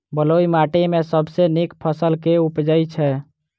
बलुई माटि मे सबसँ नीक फसल केँ उबजई छै?